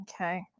Okay